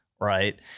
right